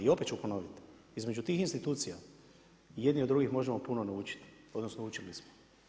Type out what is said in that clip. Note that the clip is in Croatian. I opet ću ponoviti, između tih institucija i jednih i drugih možemo puno naučiti odnosno učili smo.